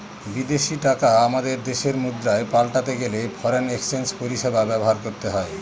বিদেশী টাকা আমাদের দেশের মুদ্রায় পাল্টাতে গেলে ফরেন এক্সচেঞ্জ পরিষেবা ব্যবহার করতে হয়